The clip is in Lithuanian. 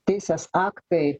teisės aktai